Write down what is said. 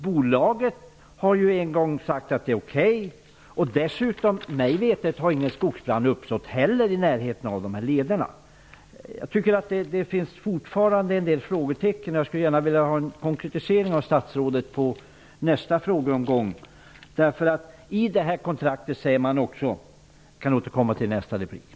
Bolaget har ju en gång sagt okej. Mig veterligen har ej heller någon skogsbrand uppstått i närheten av dessa vandringsleder. Det finns fortfarande en del frågetecken, och jag ser gärna att jag får en konkretisering.